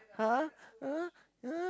!huh! !huh! !huh!